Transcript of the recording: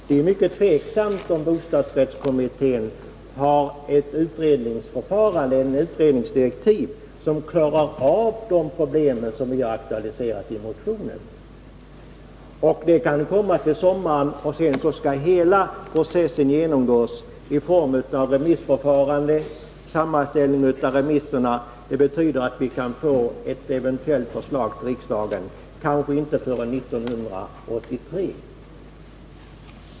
Det är mycket tvivelaktigt om bostadsrättskommittén har sådana utredningsdirektiv att den kan klara de problem som vi har aktualiserat i vår motion. Dess betänkande kommer kanske till sommaren, och sedan skall hela processen med remissförfarande och sammanställning av remisserna genomgås. Det betyder att vi kanske inte får ett eventuellt förslag till riksdagen förrän 1983.